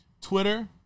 Twitter